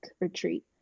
retreat